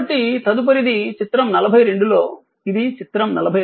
కాబట్టి తదుపరిది చిత్రం 42 లో ఇది చిత్రం 42